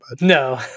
No